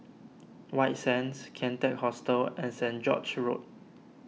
White Sands Kian Teck Hostel and Saint George's Road